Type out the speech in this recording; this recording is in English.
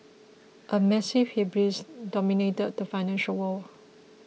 a massive hubris dominated the financial world